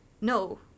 no